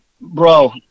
Bro